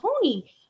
tony